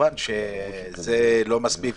וכמובן שזה לא מספיק.